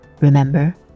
Remember